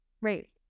Right